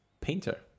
painter